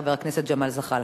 חבר הכנסת ג'מאל זחאלקה.